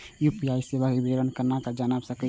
UPI सेवा के विवरण केना जान सके छी?